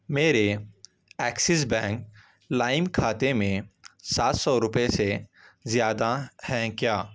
میرے Axis bank لائم کھاتے میں سات سو روپے سے زیادہ ہیں کیا